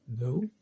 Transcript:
no